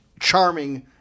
charming